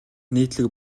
нийтлэг